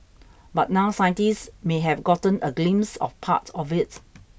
but now scientists may have gotten a glimpse of part of it